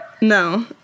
no